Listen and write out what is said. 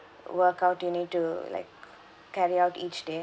workout you need to like carry out each day